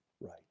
right